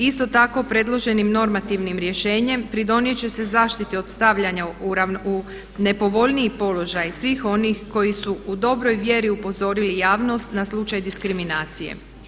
Isto tako predloženim normativnim rješenjem pridonijet će se zaštiti od stavljanja u nepovoljniji položaj svih onih koji su u dobroj vjeri upozorili javnost na slučaj diskriminacije.